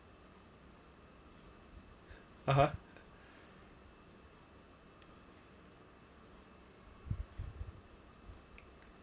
ah ha